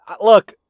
look